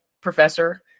professor